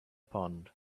pond